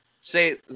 say